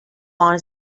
lawn